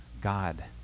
God